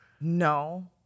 No